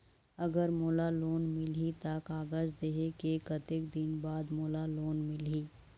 अगर मोला लोन मिलही त कागज देहे के कतेक दिन बाद मोला लोन मिलही?